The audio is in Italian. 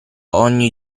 ogni